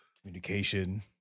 Communication